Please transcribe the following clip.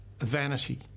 vanity